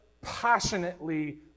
passionately